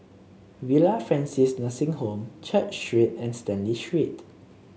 Villa Francis Nursing Home Church Street and Stanley Street